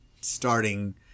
starting